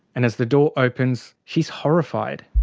and as the door opens, she's horrified.